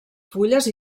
fulles